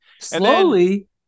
Slowly